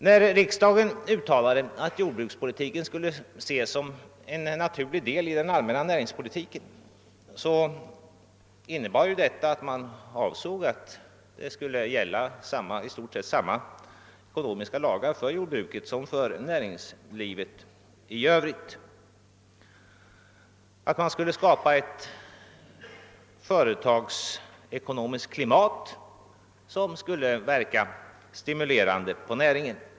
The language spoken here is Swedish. När riksdagen uttalade att jordbrukspolitiken skulle betraktas som en naturlig del av den allmänna näringspolitiken innebar ju detta, att i stort sett samma ekonomiska lagar skulle gälla för jordbruket som för näringslivet i övrigt och att det skulle skapas ett företagsekonomiskt klimat som verkar stimulerande för näringen.